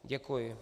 Děkuji.